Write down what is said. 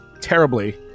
terribly